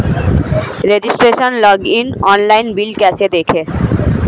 Registration login online bill कैसे देखें?